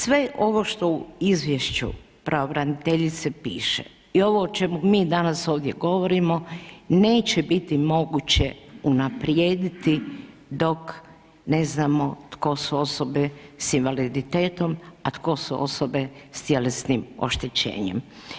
Sve ovo što u izvješću pravobraniteljice piše i ovo o čemu mi danas ovdje govorimo neće biti moguće unaprijediti dok ne znamo tko su osobe sa invaliditetom a tko su osobe sa tjelesnim oštećenjem.